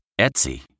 Etsy